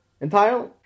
entirely